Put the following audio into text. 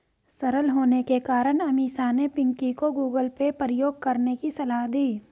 सरल होने के कारण अमीषा ने पिंकी को गूगल पे प्रयोग करने की सलाह दी